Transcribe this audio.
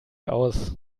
aus